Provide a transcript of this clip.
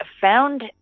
Found